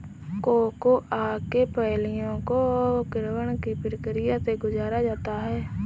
cocoa के फलियों को किण्वन की प्रक्रिया से गुजारा जाता है